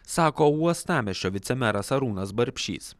sako uostamiesčio vicemeras arūnas barbšys